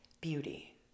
beauty